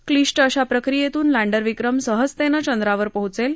क्लिष्ट अशा प्रक्रियेतून लँडर विक्रम सहजतेनं चंद्रावर पोचेल